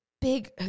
big